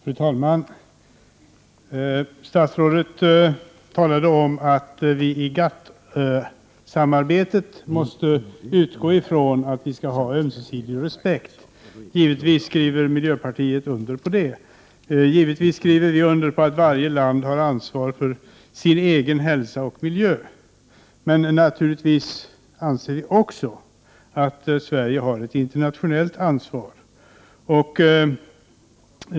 Fru talman! Statsrådet talade om att vi i GATT-samarbetet måste utgå ifrån att vi skall ha ömsesidig respekt. Givetvis skriver miljöpartiet under på det. Vi skriver under på att varje land har ansvar för sin egen hälsa och miljö. Men naturligtvis anser vi i miljöpartiet också att Sverige har ett internationellt ansvar.